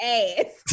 ass